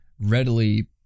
readily